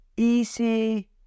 easy